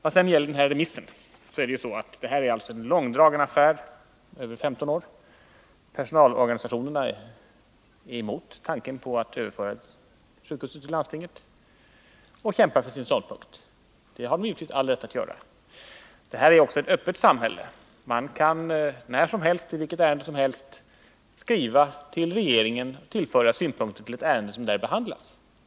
I vad gäller remissen av KS-utredningen vill jag säga att det är en långdragen affär, som pågått i femton års tid. Personalorganisationerna är emot tanken på att överföra sjukhuset till landstinget och kämpar för sin ståndpunkt. Det har de givetvis all rätt att göra. Vi har ju ett öppet samhälle, där man när som helst och i vilket ärende som helst kan skriva till regeringen och tillföra synpunkter till ett ärende som där behandlas.